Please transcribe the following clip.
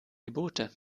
gebote